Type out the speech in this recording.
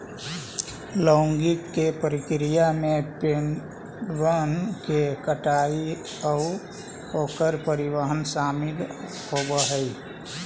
logging के प्रक्रिया में पेड़बन के कटाई आउ ओकर परिवहन शामिल होब हई